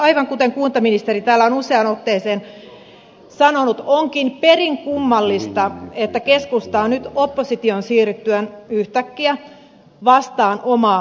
aivan kuten kuntaministeri on täällä useaan otteeseen sanonut onkin perin kummallista että keskusta on nyt oppositioon siirryttyään yhtäkkiä vastaan omaa työtänsä